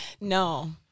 No